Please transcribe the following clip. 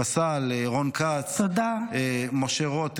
פסל, רון כץ, משה רוט ואחרים.